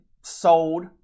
sold